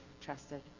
trusted